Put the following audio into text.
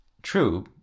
True